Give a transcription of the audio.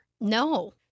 No